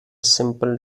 simple